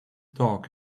dog